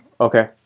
okay